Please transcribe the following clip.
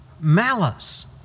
Malice